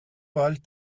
sommes